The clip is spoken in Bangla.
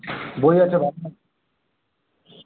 বই আছে ভালো